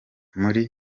muri